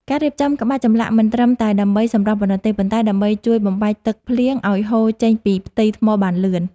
ការរៀបចំក្បាច់ចម្លាក់មិនត្រឹមតែដើម្បីសម្រស់ប៉ុណ្ណោះទេ ប៉ុន្តែដើម្បីជួយបំបែកទឹកភ្លៀងឱ្យហូរចេញពីផ្ទៃថ្មបានលឿន។